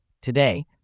Today